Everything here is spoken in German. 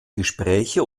gespräche